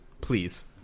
Please